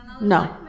No